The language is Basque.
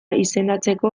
izendatzeko